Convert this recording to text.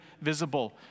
visible